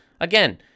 again